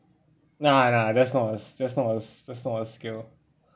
nah nah that's not a that's not a that's not a skill